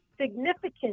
significant